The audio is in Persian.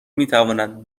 میتواند